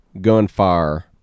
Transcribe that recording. gunfire